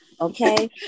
okay